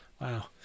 Wow